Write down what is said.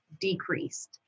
decreased